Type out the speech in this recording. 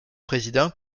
présidents